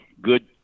good